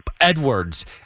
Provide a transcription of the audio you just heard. Edwards